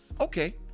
okay